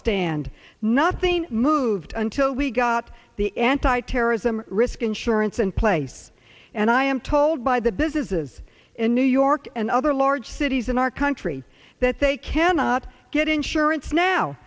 stand nothing moved until we got the anti terrorism risk insurance and place and i am told by the businesses in new york and other large cities in our country that they cannot get insurance now